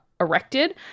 Erected